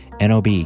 NOB